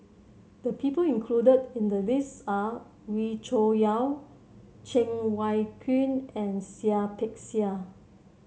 the people included in the list are Wee Cho Yaw Cheng Wai Keung and Seah Peck Seah